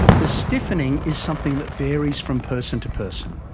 the stiffening is something that varies from person to person.